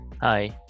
Hi